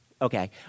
Okay